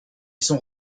sont